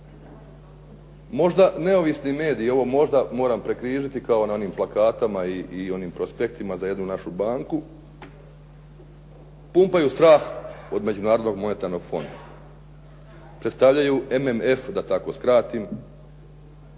Možda neovisni mediji, ovo možda moram prekrižiti kao na onim plakatima i onim prospektima za jednu našu banku, pumpaju strah od Međunarodnog monetarnog fonda, predstavljaju MMF, da tako skratim